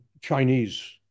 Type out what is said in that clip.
Chinese